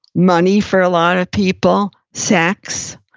money for a lot of people, sex,